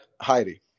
Heidi